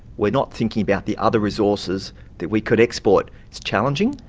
we're not thinking about the other resources that we could export is challenging,